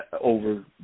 over